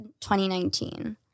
2019